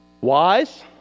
wise